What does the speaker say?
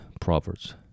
Proverbs